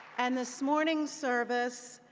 and this morning's service,